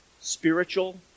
spiritual